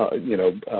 ah you know,